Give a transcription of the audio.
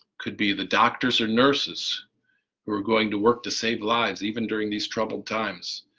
could be the doctors or nurses who are going to work to save lives even during these troubled times,